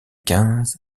quinze